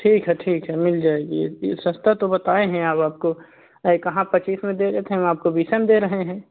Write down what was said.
ठीक है ठीक है मिल जाएगी यह यह सस्ता तो बताए हैं अब आपको कहाँ पच्चीस में दे रहे थे हम आपको बीसे में दे रहे हैं